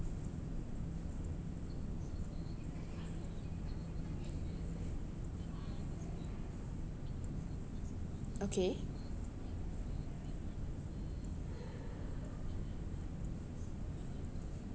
okay